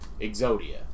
Exodia